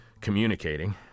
communicating